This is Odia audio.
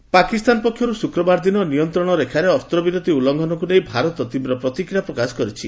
ସିଜ୍ଫାୟାର୍ ପାକିସ୍ତାନ ପକ୍ଷରୁ ଶୁକ୍ରବାର ଦିନ ନିୟନ୍ତ୍ରଣ ରେଖାରେ ଅସ୍ତ୍ରବିରତି ଉଲ୍ଲ୍ଙ୍ଘନକୁ ନେଇ ଭାରତ ତୀବ୍ର ପ୍ରତିକ୍ରିୟା ପ୍ରକାଶ କରିଛି